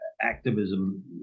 activism